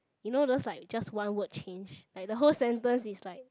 you know those like just one word change like the whole sentence is like